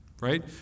right